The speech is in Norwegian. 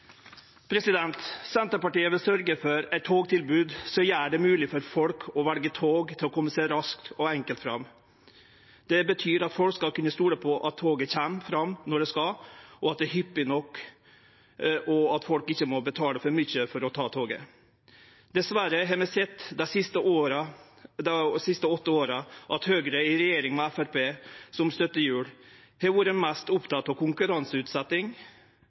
Senterpartiet vil sørgje for eit togtilbod som gjer det mogleg for folk å velje tog til å kome seg raskt og enkelt fram. Det betyr at folk skal kunne stole på at toget kjem fram når det skal, at det kjem hyppig nok, og at folk ikkje må betale for mykje for å betale toget. Dessverre har vi dei siste åtte åra sett at Høgre i regjering, med Framstegspartiet som støttehjul, har vore mest oppteke av